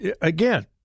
again